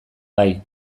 bai